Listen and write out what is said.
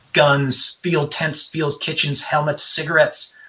guns, field tents, field kitchens, helmets, cigarettes,